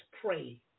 pray